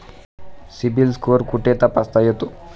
CIBIL score कुठे तपासता येतो?